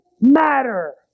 matter